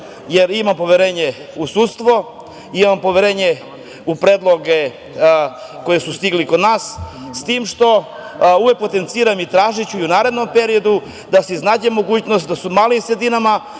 jer imam poverenje u sudstvo i imam poverenje u predloge koji su stigli kod nas, s tim što uvek potenciram i tražiću i u narednom periodu da se iznađe mogućnost da se u malim sredinama,